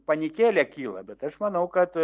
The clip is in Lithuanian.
panikėlė kyla bet aš manau kad